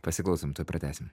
pasiklausom tuoj pratęsim